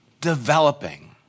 developing